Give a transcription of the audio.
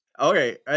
Okay